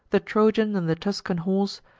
the trojan and the tuscan horse,